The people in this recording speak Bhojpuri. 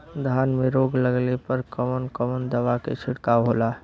धान में रोग लगले पर कवन कवन दवा के छिड़काव होला?